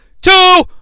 two